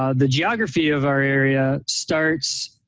ah the geography of our area starts,